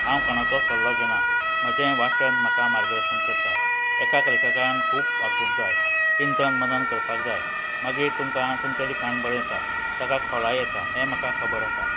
हांव कोणाचो सल्लो घेना म्हजें वाचन म्हाका मार्गदर्शन करता एकाक लेखकान खूब वाचूंक जाय चिंतन मनन करपाक जाय मागीर तुमकां तुमचें लिखाण बरें येता ताका खोलाय येता हें म्हाका खबर आसा